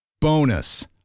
Bonus